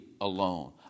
alone